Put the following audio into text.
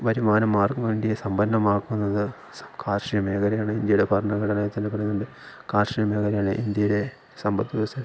വരുമാനം ആർക്കുവേണ്ടിയാണ് സമ്പന്നമാക്കുന്നത് കാർഷിക മേഖലയാണ് ഇന്ത്യയുടെ ഭരണഘടനയെതന്നെ പറയുന്നുണ്ട് കാർഷിക മേഖലയാണ് ഇന്ത്യയുടെ സമ്പദ്വ്യവസ്ഥ